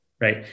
right